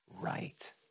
right